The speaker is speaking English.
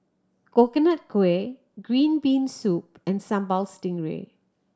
Coconut Kuih green bean soup and Sambal Stingray